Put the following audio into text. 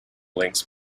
links